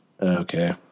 Okay